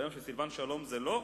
והיום כשסילבן שלום זה לא?